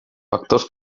factors